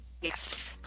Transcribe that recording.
yes